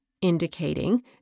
indicating